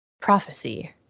prophecy